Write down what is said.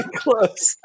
close